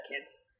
kids